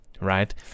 Right